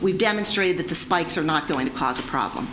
we've demonstrated that the spikes are not going to cause a problem